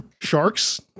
Sharks